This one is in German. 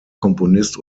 komponist